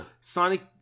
sonic